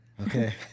Okay